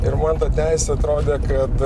ir man ta teisė atrodė kad